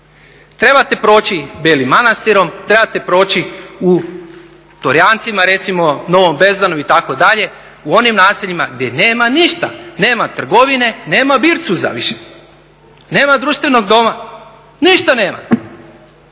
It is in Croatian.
Trebate proći Belim Manastirom, trebate proći u Torjancima recimo, Novom Bezdanu itd. u onim naseljima gdje nema ništa, nema trgovine, nema bircuza više, nema društvenog doma, ništa nema.